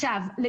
לא